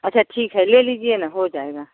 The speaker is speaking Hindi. अच्छा ठीक है ले लीजिए न हो जाएगा